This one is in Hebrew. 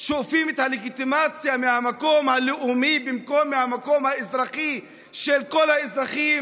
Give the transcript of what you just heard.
שואבים את הלגיטימציה מהמקום הלאומי במקום מהמקום האזרחי של כל האזרחים?